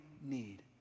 need